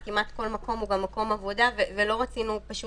אז כמעט כל מקום הוא גם מקום עבודה ולא רצינו פשוט